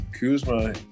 Kuzma